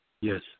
Yes